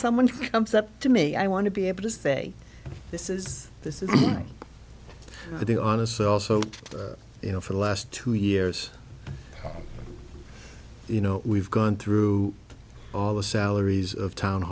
someone comes up to me i want to be able to say this is this is the honest celso you know for the last two years you know we've gone through all the salaries of town